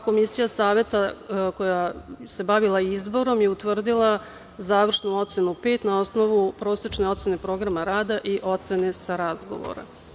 Komisija Saveta koja se bavila izborom je utvrdila završnu ocenu pet na osnovu prosečne ocene programa rada i ocene sa razgovora.